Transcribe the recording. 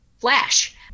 flash